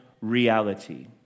reality